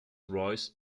royce